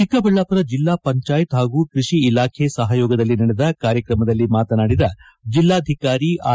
ಚಿಕ್ಕಬಳ್ಳಾಪುರ ಜಿಲ್ಲಾ ಪಂಜಾಯತ್ ಪಾಗೂ ಕೃಷಿ ಇಲಾಖೆ ಸಹಯೋಗದಲ್ಲಿ ನಡೆದ ಕಾರ್ಯಕ್ರಮದಲ್ಲಿ ಮಾತನಾಡಿದ ಜಿಲ್ಲಾಧಿಕಾರಿ ಆರ್